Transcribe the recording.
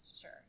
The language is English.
sure